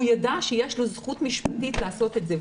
הוא יידע שיש לו זכות משפטית לעשות את זה,